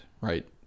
right